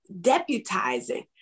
deputizing